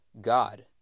God